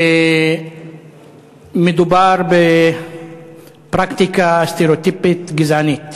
מדובר בפרקטיקה סטריאוטיפית גזענית.